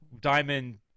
diamond